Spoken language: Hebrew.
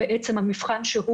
אז בעצם המבחן שהוא